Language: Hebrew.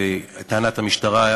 וטענת המשטרה,